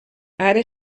ara